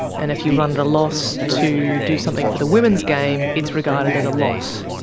and if you run at a loss to do something for the women's game it's regarded as a loss.